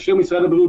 רז.